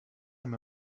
him